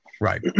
Right